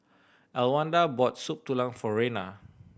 Elwanda bought Soup Tulang for Rena